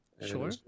Sure